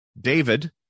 David